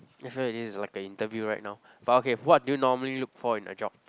I feel like this is like a interview right now but okay but what do you normally look for in a job